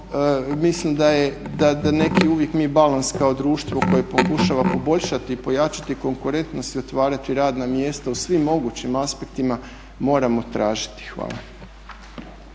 mislim da je neki uvijek mi balans kao društvo koje pokušava poboljšati i pojačati konkurentnost i otvarati radna mjesta u svim mogućim aspektima moramo tražiti. Hvala.